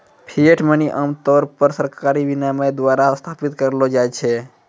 fiat money आम तौर पर सरकारी विनियमन द्वारा स्थापित करलो जाय छै